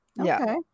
Okay